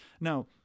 Now